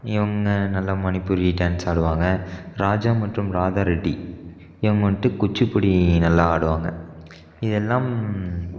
இவங்க நல்லலா மணிப்பூரி டான்ஸ் ஆடுவாங்க ராஜம் மற்றும் ராதா ரெட்டி இவங்க வந்துட்டு குச்சிபுடி நல்லா ஆடுவாங்க இதெல்லாம்